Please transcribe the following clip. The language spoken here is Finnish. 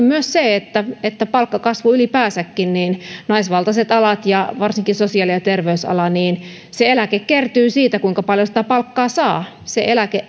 myös palkkakasvu ylipäänsäkin naisvaltaisilla aloilla ja varsinkin sosiaali ja terveysalalla eläke kertyy siitä kuinka paljon sitä palkkaa saa se eläke